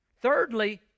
Thirdly